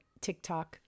TikTok